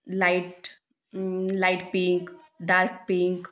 light light pink dark pink